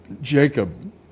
Jacob